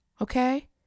Okay